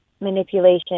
manipulation